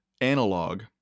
analog